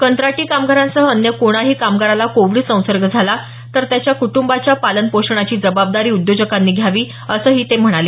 कंत्राटी कामगारांसह अन्य कोणाही कामगाराला कोविड संसर्ग झाला तर त्याच्या कुटुंबाच्या पालन पोषणाची जबाबदारी उद्योजकांनी घ्यावी असंही ते म्हणाले